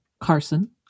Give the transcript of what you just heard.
Carson